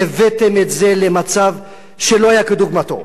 הבאתם את זה למצב שלא היה כדוגמתו,